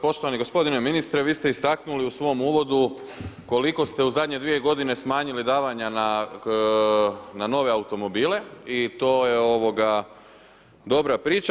Poštovani gospodine ministre vi ste istaknuli u svom uvodu koliko ste u zadnje dvije godine smanjili davanja na nove automobile i to je dobra priča.